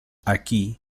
aquí